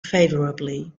favourably